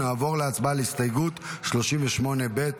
נעבור להצבעה על הסתייגות 38 ב'.